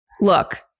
look